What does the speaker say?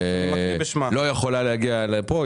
אבל היא לא יכולה להגיע לפה.